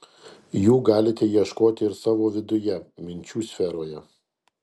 jų galite ieškoti ir savo viduje minčių sferoje